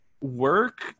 work